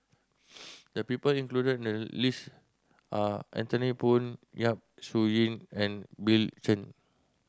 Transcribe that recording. the people included in the list are Anthony Poon Yap Su Yin and Bill Chen